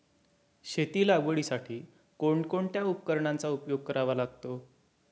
शेती लागवडीसाठी कोणकोणत्या उपकरणांचा उपयोग करावा लागतो?